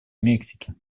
мексики